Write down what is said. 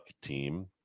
team